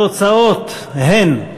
התוצאות הן: